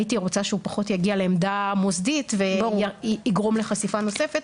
הייתי רוצה שהוא פחות יגיע לעמדה מוסדית ויגרום לחשיפה נוספת.